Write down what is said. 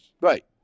right